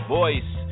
voice